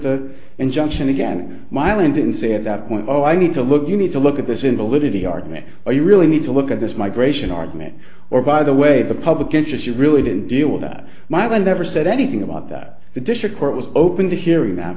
the injunction again and mylan didn't say at that point oh i need to look you need to look at this invalidity argument are you really need to look at this migration argument or by the way the public interest you really didn't deal with that my mind never said anything about that the district court was open to hearing that